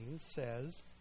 says